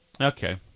Okay